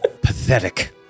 Pathetic